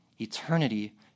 eternity